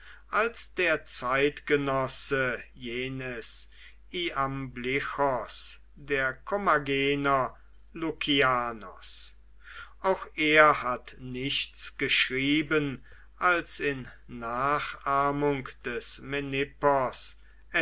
als der zeitgenosse jenes iamblichos der kommagener lukianos auch er hat nichts geschrieben als in nachahmung des